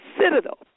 Citadel